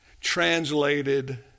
translated